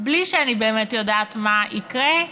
בלי שאני באמת יודעת מה יקרה,